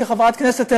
כחברת כנסת,